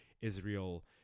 Israel